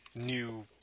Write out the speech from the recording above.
new